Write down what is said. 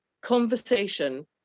conversation